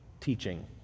teaching